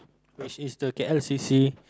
which is the K L C C